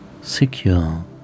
secure